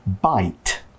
bite